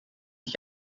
ich